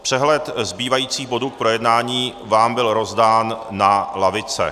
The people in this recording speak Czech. Přehled zbývajících bodů k projednání vám byl rozdán na lavice.